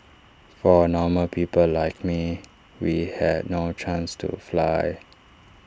for normal people like me we had no chance to fly